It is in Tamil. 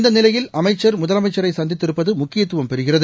இந்தநிலையில் அமைச்சா் முதலமைச்சரைசந்தித்து இருப்பதுமுக்கியத்துவம் பெறுகிறது